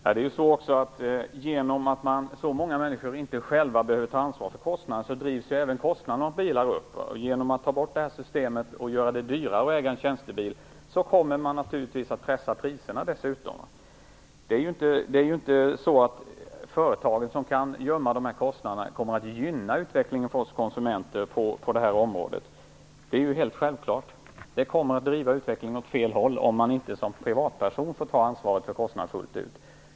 Herr talman! Genom att det är så många människor som inte själva behöver ta ansvar för kostnaderna, drivs ju även kostnaderna för bilarna upp. Om man tar bort det gamla systemet och gör det dyrare att äga en tjänstebil, kommer naturligtvis priserna dessutom att pressas ned. Företaget, som kan gömma kostnaderna, kommer ju självfallet inte att gynna utvecklingen för oss konsumenter på det här området. Utvecklingen kommer att drivas åt fel håll, om man inte som privatperson får ta ansvaret för kostnaderna fullt ut.